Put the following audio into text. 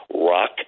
Rock